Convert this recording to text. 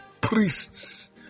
Priests